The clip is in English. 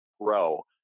grow